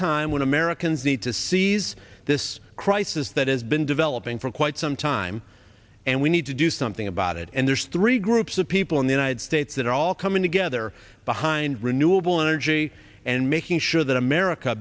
time when americans need to seize this crisis that has been developing for quite some time and we need to do something about it and there's three groups of people in the united states that are all coming together behind renewable energy and making sure that america